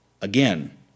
Again